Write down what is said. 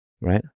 right